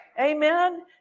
Amen